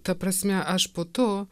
ta prasme aš po to